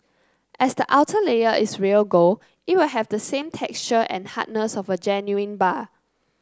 as the outer layer is real gold it will have the same texture and hardness of a genuine bar